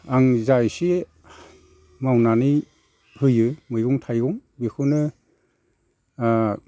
आङो जा एसे मावनानै होयो मैगं थाइगं बेखौनो